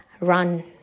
run